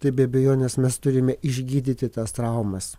tai be abejonės mes turime išgydyti tas traumas